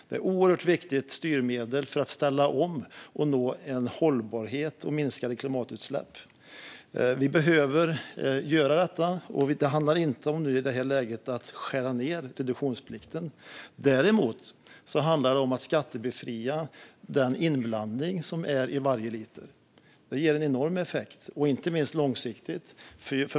Det är ett viktigt styrmedel när det gäller att ställa om och nå hållbarhet och minskade klimatutsläpp. Vi behöver göra detta. Det handlar inte i detta läge om att skära ned reduktionsplikten. Däremot handlar det om att skattebefria den inblandning som är i varje liter. Det ger en enorm effekt, inte minst långsiktigt.